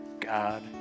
God